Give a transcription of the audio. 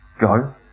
Go